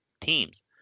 teams